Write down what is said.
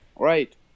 Right